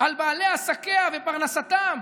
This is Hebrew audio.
על בעלי עסקיה ופרנסתם,